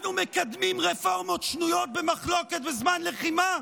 אנחנו מקדמים רפורמות שנויות במחלוקת בזמן לחימה?